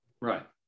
Right